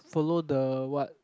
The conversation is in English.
follow the what